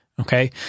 Okay